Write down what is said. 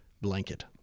blanket